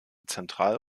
zentral